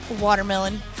Watermelon